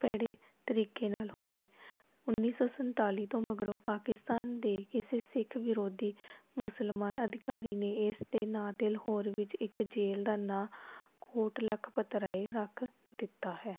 ਭੈੜੇ ਤਰੀਕੇ ਨਾਲ ਹੋਈ ਉੱਨੀ ਸੌ ਸੰਤਾਲੀ ਤੋਂ ਮਗਰੋਂ ਪਾਕਿਸਤਾਨ ਦੇ ਕਿਸੇ ਸਿੱਖ ਵਿਰੋਧੀ ਮੁਸਲਮਾਨ ਅਧਿਕਾਰੀ ਨੇ ਇਸ ਦੇ ਨਾਂ 'ਤੇ ਲਾਹੋਰ ਵਿੱਚ ਇੱਕ ਜੇਲ੍ਹ ਦਾ ਨਾਂ ਕੋਟ ਲਖਪਤ ਰਾਏ ਰੱਖ ਦਿੱਤਾ ਹੈ